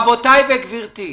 רבותי וגברתי,